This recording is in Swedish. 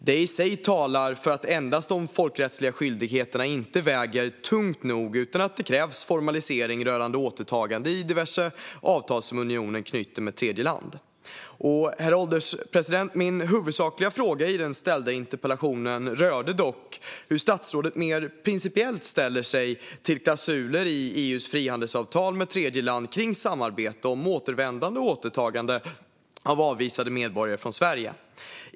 Det i sig talar för att endast folkrättsliga skyldigheter inte väger tungt nog utan att det krävs formalisering rörande återtagande i diverse avtal som unionen knyter med tredjeland. Herr ålderspresident! Min huvudsakliga fråga i den ställda interpellationen rörde dock hur statsrådet mer principiellt ställer sig till klausuler i EU:s frihandelsavtal med tredjeland om samarbete om återvändande och återtagande av avvisade medborgare från Sverige.